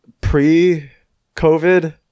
pre-covid